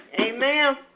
Amen